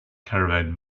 caravan